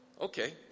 okay